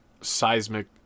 seismic